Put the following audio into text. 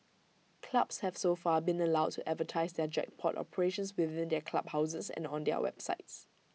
clubs have so far been allowed to advertise their jackpot operations within their clubhouses and on their websites